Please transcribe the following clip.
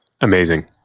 Amazing